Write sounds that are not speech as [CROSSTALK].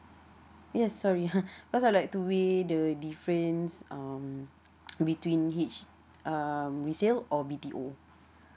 yes sorry [LAUGHS] cause I would like to weigh the difference um between H um resale or B_T_O